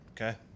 Okay